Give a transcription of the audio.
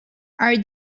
are